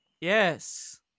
Yes